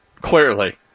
clearly